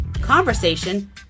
conversation